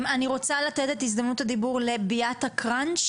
אני רוצה לתת את הזדמנות הדיבור לביאטה קראנץ,